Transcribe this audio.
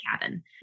cabin